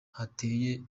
hateye